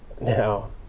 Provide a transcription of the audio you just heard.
Now